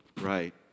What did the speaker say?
right